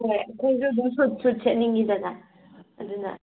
ꯍꯣꯏ ꯑꯩꯈꯣꯏꯁꯨ ꯑꯗꯨꯃꯥꯏꯅ ꯁꯨꯠ ꯁꯨꯠ ꯁꯦꯠꯅꯤꯡꯉꯤꯗꯅ ꯑꯗꯨꯅ